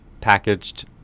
packaged